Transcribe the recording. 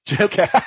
Okay